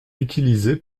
utilisé